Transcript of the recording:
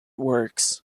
works